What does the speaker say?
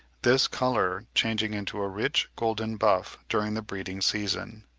this colour changing into a rich golden-buff during the breeding-season.